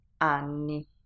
anni